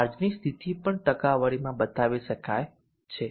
ચાર્જની સ્થિતિ પણ ટકાવારીમાં બતાવી શકાય છે